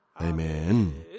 Amen